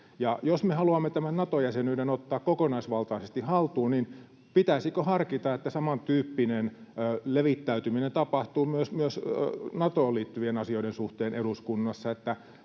Jos me haluamme tämän Nato-jäsenyyden ottaa kokonaisvaltaisesti haltuun, niin pitäisikö harkita, että samantyyppinen levittäytyminen tapahtuu myös Natoon liittyvien asioiden suhteen eduskunnassa,